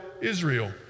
Israel